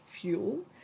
Fuel